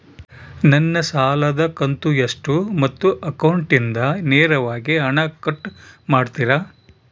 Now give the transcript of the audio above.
ನನ್ನ ಸಾಲದ ಕಂತು ಎಷ್ಟು ಮತ್ತು ಅಕೌಂಟಿಂದ ನೇರವಾಗಿ ಹಣ ಕಟ್ ಮಾಡ್ತಿರಾ?